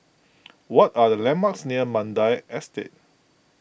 what are the landmarks near Mandai Estate